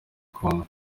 congo